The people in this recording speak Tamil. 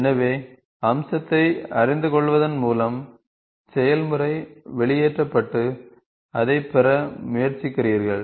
எனவே அம்சத்தை அறிந்துகொள்வதன் மூலம் செயல்முறை வெளியேற்றப்பட்டு அதைப் பெற முயற்சிக்கிறீர்கள்